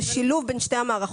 זה שילוב בין שתי המערכות,